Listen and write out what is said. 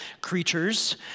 creatures